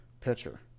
pitcher